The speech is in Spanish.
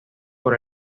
por